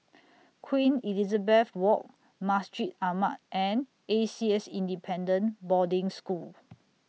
Queen Elizabeth Walk Masjid Ahmad and A C S Independent Boarding School